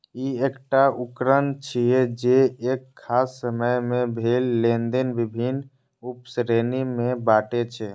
ई एकटा उकरण छियै, जे एक खास समय मे भेल लेनेदेन विभिन्न उप श्रेणी मे बांटै छै